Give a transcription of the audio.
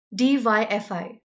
DYFI